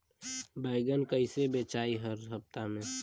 बैगन कईसे बेचाई हर हफ्ता में?